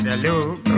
Hello